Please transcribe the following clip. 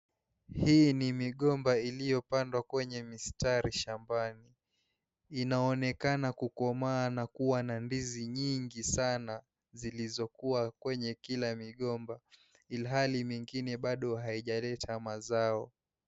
Hii ni migomba iliyopandwa kwenye mistari shambani . Inaonekana kukomaa na kuwa na ndizi nyingi sana zilizokuwa kwenye kila mgomba ilhali mengine bado haijaleta mazao.